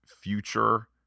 future